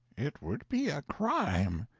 it would be a crime.